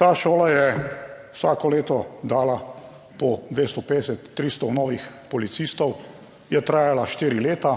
(Nadaljevanje) vsako leto dala po 250, 300 novih policistov, je trajala štiri leta,